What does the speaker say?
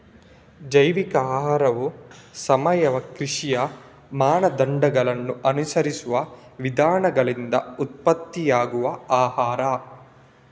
ಜೈವಿಕ ಆಹಾರವು ಸಾವಯವ ಕೃಷಿಯ ಮಾನದಂಡಗಳನ್ನ ಅನುಸರಿಸುವ ವಿಧಾನಗಳಿಂದ ಉತ್ಪತ್ತಿಯಾಗುವ ಆಹಾರ